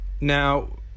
Now